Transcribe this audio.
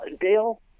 Dale